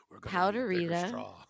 powderita